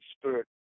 spirit